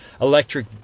electric